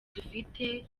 dufite